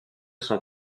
son